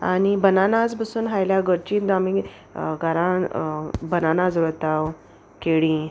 आनी बनानास पसून हायल्यार घरचींच आमी घरान बनानास व्हरता केळीं